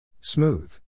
Smooth